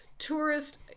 Tourist